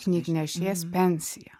knygnešės pensiją